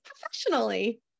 professionally